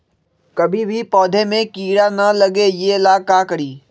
कभी भी पौधा में कीरा न लगे ये ला का करी?